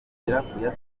kuyatanga